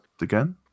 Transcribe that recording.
again